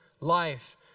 life